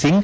Singh